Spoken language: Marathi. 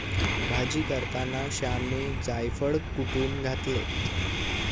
भाजी करताना श्यामने जायफळ कुटुन घातले